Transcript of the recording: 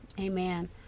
Amen